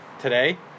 today